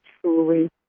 truly